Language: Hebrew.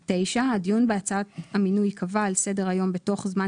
9. הדיון בהצעת המינוי ייקבע על סדר היום בתוך זמן